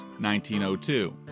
1902